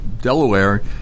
Delaware